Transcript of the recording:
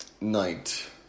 night